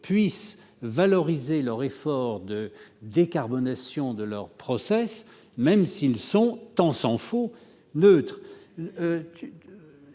puissent valoriser leurs efforts de décarbonation des process, même s'ils sont tant s'en faut neutres.